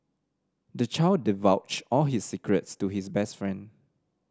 the child divulged all his secrets to his best friend